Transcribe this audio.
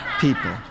people